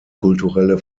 kulturelle